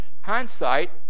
Hindsight